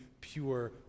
pure